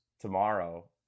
tomorrow